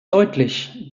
deutlich